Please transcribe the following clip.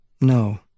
No